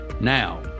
Now